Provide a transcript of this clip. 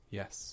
yes